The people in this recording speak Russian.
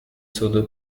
суду